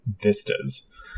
vistas